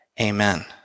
Amen